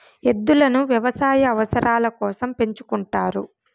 ఎద్దులను వ్యవసాయ అవసరాల కోసం పెంచుకుంటారు